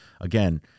again